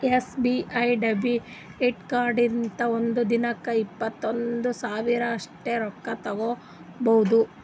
SBI debit ಕಾರ್ಡ್ಲಿಂತ ಒಂದ್ ದಿನಕ್ಕ ಇಪ್ಪತ್ತೈದು ಸಾವಿರ ಅಷ್ಟೇ ರೊಕ್ಕಾ ತಕ್ಕೊಭೌದು